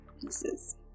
pieces